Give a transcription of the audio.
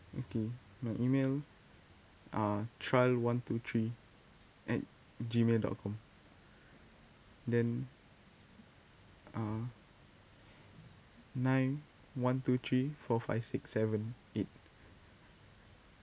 okay the email uh trial one two three at gmail dot com then uh nine one two three four five six seven eight